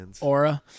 Aura